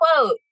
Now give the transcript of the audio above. quote